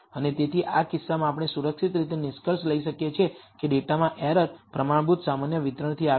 અને તેથી આ કિસ્સામાં આપણે સુરક્ષિત રીતે નિષ્કર્ષ લઈ શકીએ છીએ કે ડેટામાં એરર પ્રમાણભૂત સામાન્ય વિતરણથી આવે છે